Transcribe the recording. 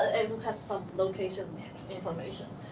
it has some location information.